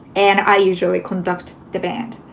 and i usually conduct the band.